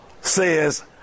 says